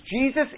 Jesus